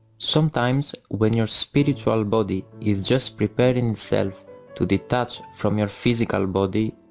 sometimes when your spiritual body is just preparing itself to detach from your physical body,